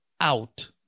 out